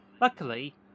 luckily